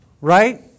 right